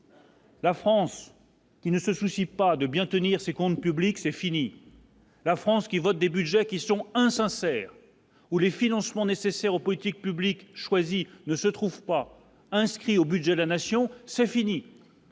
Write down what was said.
La France, qui ne se soucient pas de bien tenir ses comptes publics, c'est fini, la France qui votent des Budgets qui sont insincère ou les financements nécessaires aux politiques publiques ne se trouve pas inscrit au budget de la nation, c'est fini.